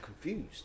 confused